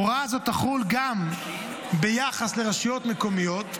הוראה זו תחול גם על רשויות מקומיות,